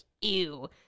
ew